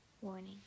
Warning